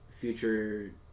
future